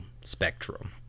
spectrum